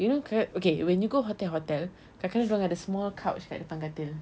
you know okay when you go hotel hotel kadang-kadang dorang ada small couch kat depan katil